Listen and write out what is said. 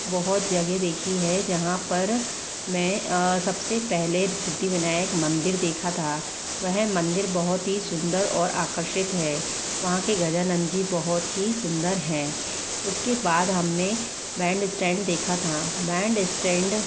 बहुत जगह देखी है जहाँ पर मैं सबसे पहले सिध्दिविनायक मंदिर देखा था वह मंदिर बहुत ही सुन्दर और आकर्षित है वहाँ के गजानन जी बहुत ही सुंदर हैं उसके बाद हमने बैंड स्टैंड देखा था बैंड स्टैंड